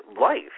Life